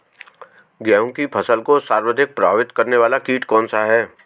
गेहूँ की फसल को सर्वाधिक प्रभावित करने वाला कीट कौनसा है?